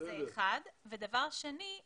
דבר שני,